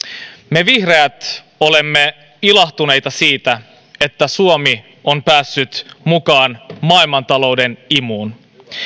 me vihreät olemme ilahtuneita siitä että suomi on päässyt mukaan maailmantalouden imuun